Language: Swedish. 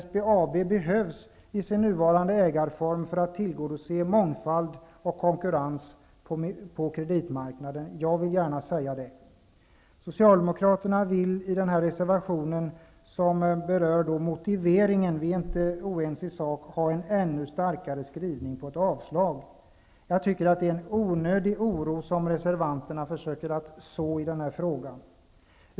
SPAB behövs med sin nuvarande ägarform för att tillgodose behovet av mångfald och konkurrens på kreditmarknaden. Det vill jag gärna framhålla. Socialdemokraterna vill, säger man i reservation nr 15 och det berör motiveringen -- i sak är vi inte oense -- ha en ännu starkare skrivning om ett avslag. Jag tycker att det är en onödig oro som reservanterna försöker så i den här frågan.